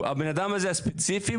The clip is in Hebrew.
הבן אדם הזה הספציפי,